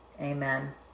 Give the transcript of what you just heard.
Amen